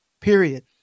period